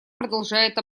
продолжает